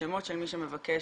השמות של מי שמבקש